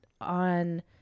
on